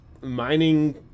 mining